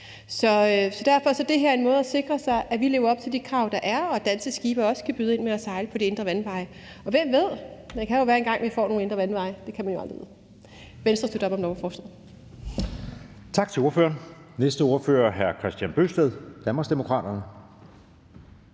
Derfor er det her en måde at sikre os, at vi lever op til de krav, der er, og at danske skibe også kan byde ind med at sejle på de indre vandveje. Og hvem ved? Det kan jo være, at vi engang får nogle indre vandveje. Det kan man aldrig vide. Venstre støtter lovforslaget.